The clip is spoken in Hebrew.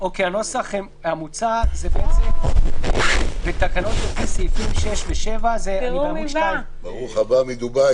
הנוסח המוצע בתקנות על פי סעיפים 6 ו-7: "אחרי סעיף קטן (ב)